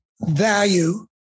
value